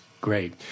Great